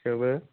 थेवबो